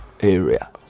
area